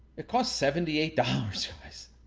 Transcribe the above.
it costs seventy eight dollars